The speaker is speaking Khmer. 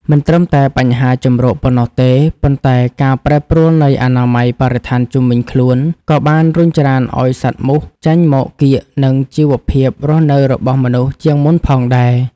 មិនត្រឹមតែបញ្ហាជម្រកប៉ុណ្ណោះទេ ប៉ុន្តែការប្រែប្រួលនៃអនាម័យបរិស្ថានជុំវិញខ្លួន ក៏បានរុញច្រានឱ្យសត្វមូសចូលមកកៀកនឹងជីវភាពរស់នៅរបស់មនុស្សជាងមុនផងដែរ។